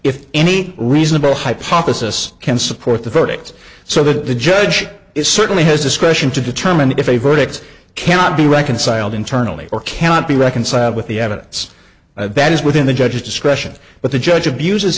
if any reasonable hypothesis can support the verdict so that the judge is certainly has discretion to determine if a verdict cannot be reconciled internally or cannot be reconciled with the evidence that is within the judge's discretion but the judge abuses